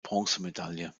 bronzemedaille